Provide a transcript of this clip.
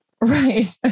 Right